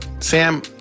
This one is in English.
Sam